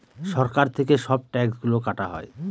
সরকার থেকে সব ট্যাক্স গুলো কাটা হয়